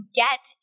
get